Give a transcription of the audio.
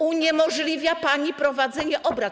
Uniemożliwia pani prowadzenie obrad.